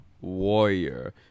Warrior